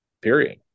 period